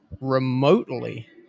remotely